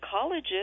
colleges